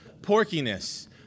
porkiness